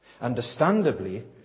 Understandably